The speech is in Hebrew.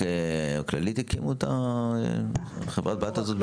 כללית הקימו את חברת הבת הזו?